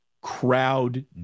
Crowd